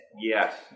Yes